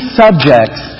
subjects